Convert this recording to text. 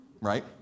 Right